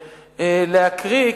להקריא,